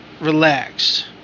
Relaxed